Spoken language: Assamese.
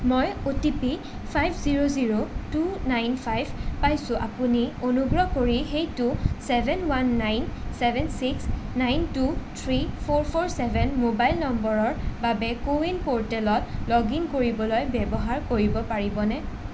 মই OTP five zero zero two nine five পাইছোঁ আপুনি অনুগ্ৰহ কৰি সেইটো seven one nine seven six nine two three four four seven mobile নম্বৰৰ বাবে কো ৱিন প'ৰ্টেলত লগ ইন কৰিবলৈ ব্যৱহাৰ কৰিব পাৰিবনে